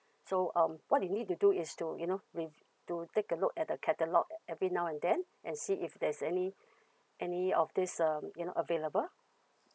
so um what you need to do is to you know mif~ to take a look at the catalogue every now and then and see if there's any any of this um you know available